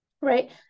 right